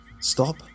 Stop